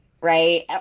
right